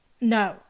no